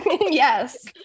Yes